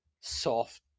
soft